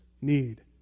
need